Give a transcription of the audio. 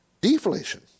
Deflation